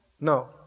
No